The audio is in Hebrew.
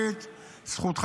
מספיק.